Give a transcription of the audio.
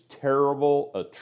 terrible